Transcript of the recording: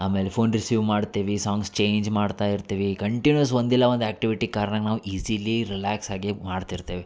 ಆಮೇಲೆ phone receive ಮಾಡ್ತೇವಿ songs change ಮಾಡ್ತಾ ಇರ್ತೇವಿ ಕಂಟಿನ್ಯೂಸ್ ಒಂದಿಲ್ಲ ಒಂದು ಆ್ಯಕ್ಟಿವಿಟಿ ಕಾರ್ನಾಗ ನಾವು ಈಝೀಲಿ ರಿಲ್ಯಾಕ್ಸಾಗಿ ಮಾಡ್ತಿರ್ತೇವೆ